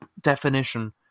definition